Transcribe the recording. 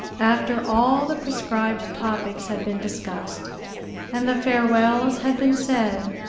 after all the prescribed topics had been discussed and the farewells had been said,